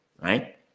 right